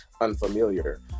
unfamiliar